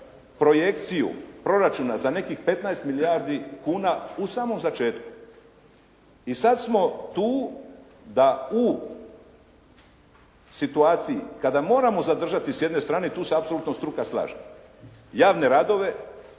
projekciju proračuna za nekih 15 milijardi kuna u samom začetku i sad smo tu da u situaciji kada moramo zadržati s jedne strane, i tu se apsolutno struka slaže, javne radove,